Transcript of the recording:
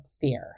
fear